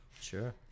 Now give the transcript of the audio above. sure